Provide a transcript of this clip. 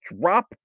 drop